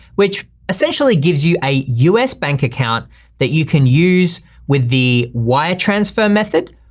which essentially gives you a us bank account that you can use with the wire transfer method.